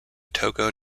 togo